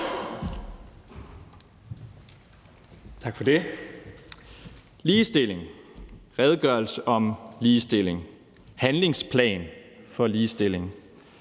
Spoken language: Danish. taler om ligestilling, redegørelse om ligestilling og handlingsplan for ligestilling.